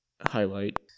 highlight